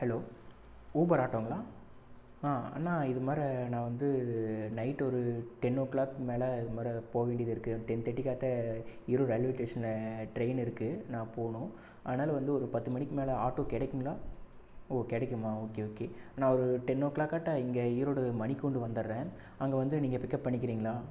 hello Uber ஆட்டோங்களா ஆ அண்ணா இதுமாரி நான் வந்து நைட் ஒரு டென் ஓ க்ளாக் மேலே இதுமாரி போகவேண்டியதிருக்கு டென் தேர்ட்டிக்கு அடுத்த ஈரோடு ரயில்வேடேஷனில் ட்ரெய்ன் இருக்கு நான் போகனும் அதனால் வந்து ஒரு பத்து மணிக்கு மேலே ஆட்டோ கிடைக்குங்களா ஓ கிடைக்குமா ஓகே ஓகே நான் ஒரு டென் ஓ க்ளாக்காட்டா இங்கே ஈரோடு மணிக்கூண்டு வந்துடுறேன் அங்கே வந்து நீங்கள் பிக்அப் பண்ணிக்கிறீங்களா